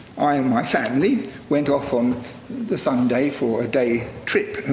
i and my family went off on the sunday for a day trip.